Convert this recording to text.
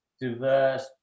diverse